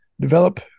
develop